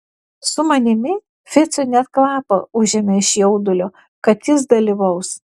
su manimi ficui net kvapą užėmė iš jaudulio kad jis dalyvaus